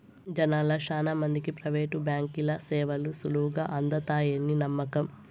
జనాల్ల శానా మందికి ప్రైవేటు బాంకీల సేవలు సులువుగా అందతాయని నమ్మకం